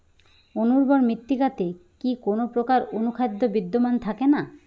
অনুর্বর মৃত্তিকাতে কি কোনো প্রকার অনুখাদ্য বিদ্যমান থাকে না?